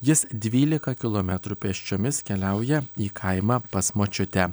jis dvylika kilometrų pėsčiomis keliauja į kaimą pas močiutę